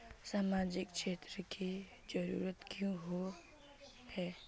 सामाजिक क्षेत्र की जरूरत क्याँ होय है?